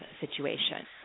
situation